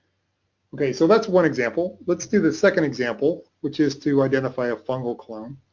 okay so that's one example. let's do the second example, which is to identify a fungal clone.